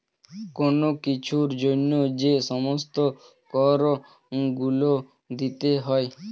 কোন কিছুর জন্য যে সমস্ত কর গুলো দিতে হয়